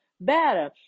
better